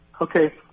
Okay